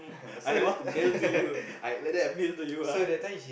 I want to mail to you I like that mail to you ah